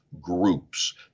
groups